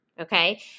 okay